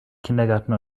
kindergarten